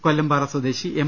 കൊല്ലമ്പാറ സ്വദേശി എം